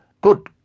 Good